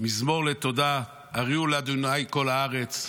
"מזמור לתודה הריעו לה' כל הארץ.